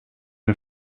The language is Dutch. een